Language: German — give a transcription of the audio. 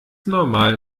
normal